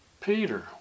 Peter